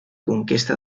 conquesta